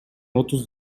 отуз